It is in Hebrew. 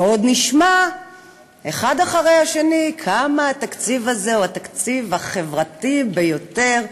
ועוד נשמע אחד אחרי השני כמה התקציב הזה הוא התקציב החברתי ביותר,